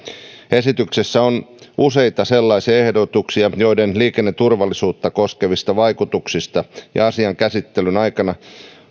esityksessä on useita sellaisia ehdotuksia joiden liikenneturvallisuutta koskevista vaikutuksista on asian käsittelyn aikana